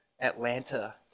Atlanta